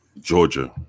Georgia